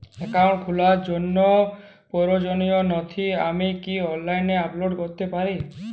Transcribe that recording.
Account খোলার জন্য প্রয়োজনীয় নথি কি আমি অনলাইনে আপলোড করতে পারি?